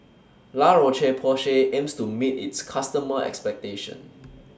La Roche Porsay aims to meet its customers' expectations